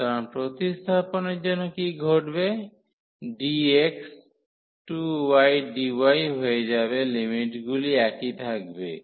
সুতরাং প্রতিস্থাপনের জন্য কী ঘটবে dx 2y dy হয়ে যাবে লিমিটগুলি একই থাকবে